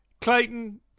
Clayton